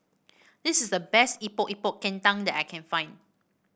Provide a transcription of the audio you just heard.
this is the best Epok Epok Kentang that I can find